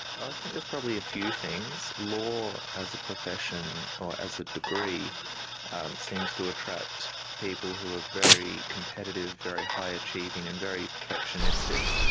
i think there's probably a few things. law as a profession or as a degree seems to attract people who are very competitive, very high achieving and very perfectionistic.